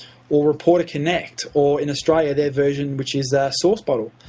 or reporter connection, or in australia, their version, which is sourcebottle.